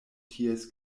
ties